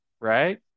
right